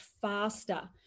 faster